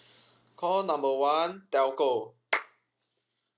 call number one telco